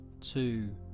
two